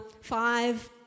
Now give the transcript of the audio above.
five